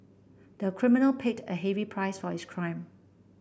the criminal paid a heavy price for his crime